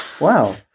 wow